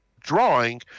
drawing